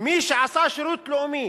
מי שעשה שירות לאומי